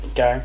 go